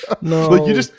No